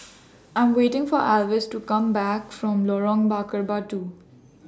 I Am waiting For Alvis to Come Back from Lorong Bakar Batu